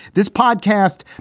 this podcast.